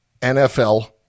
NFL